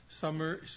summer